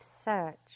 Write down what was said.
search